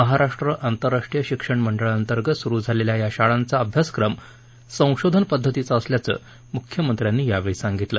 महाराष्ट्र आंतराष्ट्रीय शिक्षण मंडळाअंतर्गत सुरू झालेल्या या शाळांचा अभ्यासक्रम संशोधन पद्धतीचा असल्याचं मुख्यमंत्र्यांनी यावेळी सांगितलं